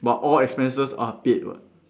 but all expenses are paid [what]